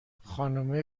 خانومه